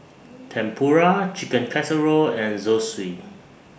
Tempura Chicken Casserole and Zosui